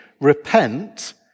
repent